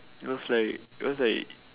because like cause like